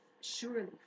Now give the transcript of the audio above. surely